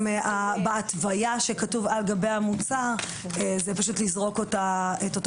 בהתוויה שכתוב על גבי המוצר זה פשוט לזרוק את אותו